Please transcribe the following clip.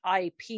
ip